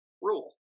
rule